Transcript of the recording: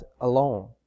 alone